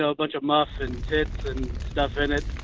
so bunch of muff and tits and stuff in it.